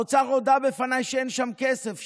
האוצר הודה בפניי שאין שם כסף,